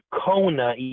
Kona